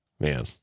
man